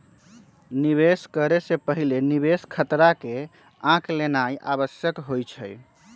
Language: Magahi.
निवेश करे से पहिले निवेश खतरा के आँक लेनाइ आवश्यक होइ छइ